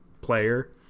player